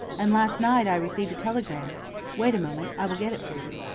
and last night i received a telegram wait a moment, i will get it for you.